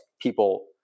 people